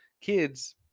kids